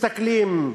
מסתכלים ימינה,